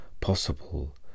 possible